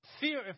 fear